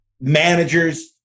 managers